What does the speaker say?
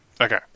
Okay